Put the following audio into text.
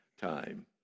time